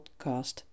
podcast